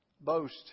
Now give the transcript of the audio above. boast